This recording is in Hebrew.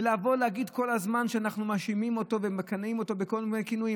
להגיד כל הזמן שאנחנו מאשימים אותו ומכנים אותו בכינויים,